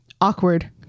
awkward